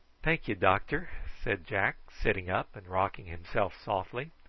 thank ye, doctor, said jack, sitting up and rocking himself softly.